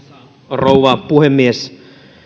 rouva puhemies